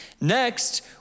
Next